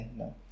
no